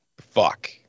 Fuck